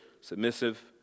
submissive